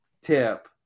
tip